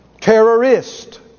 terrorist